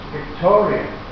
Victorian